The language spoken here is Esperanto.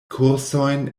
kursojn